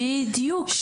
בדיוק.